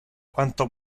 quanto